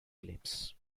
claims